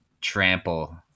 trample